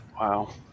Wow